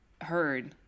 heard